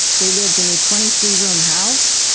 they lived in a twenty three room house,